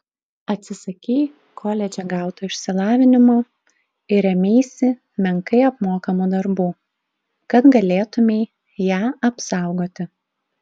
atsisakei koledže gauto išsilavinimo ir ėmeisi menkai apmokamų darbų kad galėtumei ją apsaugoti